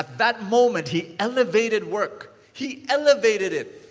that moment, he elevated work. he elevated it.